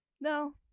No